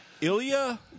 Ilya